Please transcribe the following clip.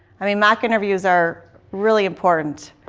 i mean, mock interviews are really important.